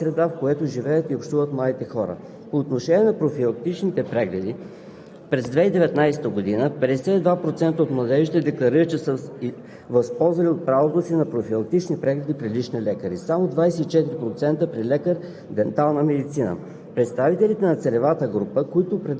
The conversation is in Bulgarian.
на младите хора в страната, чрез изграждане на социално отговорно поведение и превенция на формите на зависимост и агресия, с което да се подобрят качеството на живот и средата, в която живеят и общуват младите хора. По отношение на профилактичните прегледи през 2019 г. 52% от младежите декларират, че са